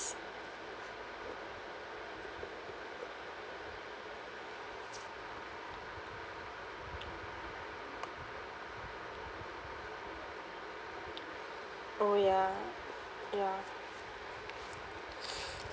!oh! ya ya